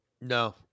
No